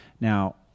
Now